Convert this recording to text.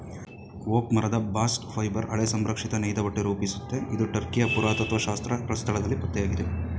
oak ಮರದ bast fibre ಹಳೆ ಸಂರಕ್ಷಿತ ನೇಯ್ದಬಟ್ಟೆ ರೂಪಿಸುತ್ತೆ ಇದು ಟರ್ಕಿಯ ಪುರಾತತ್ತ್ವಶಾಸ್ತ್ರ ಸ್ಥಳದಲ್ಲಿ ಪತ್ತೆಯಾಗಿದೆ